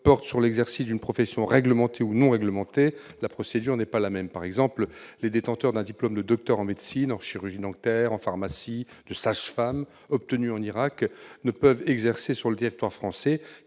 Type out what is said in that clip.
porte sur l'exercice d'une profession réglementée ou non réglementée, la procédure n'est pas la même. Par exemple, les détenteurs d'un diplôme de docteur en médecine, en chirurgie dentaire, en pharmacie, ou d'un diplôme de sage-femme, obtenu en Irak, ne peuvent exercer sur le territoire français